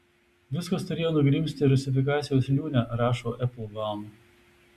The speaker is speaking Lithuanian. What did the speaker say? viskas turėjo nugrimzti rusifikacijos liūne rašo eplbaum